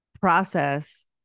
process